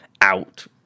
out